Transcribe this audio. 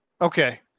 Okay